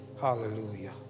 Hallelujah